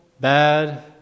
bad